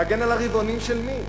להגן על הרבעונים של מי?